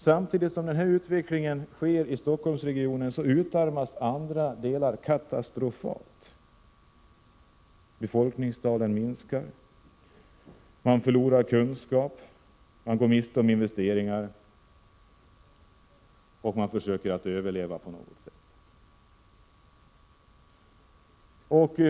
Samtidigt som denna utveckling sker i Stockholmsregionen utarmas andra delar av landet katastrofalt. Befolkningstalen minskar. Man förlorar kunskap. Man går miste om investeringar. Men man försöker att överleva på något sätt.